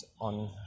on